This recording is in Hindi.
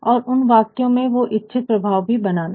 और उन वाक्यों में वो इच्छित प्रभाव भी बनाना